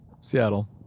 Seattle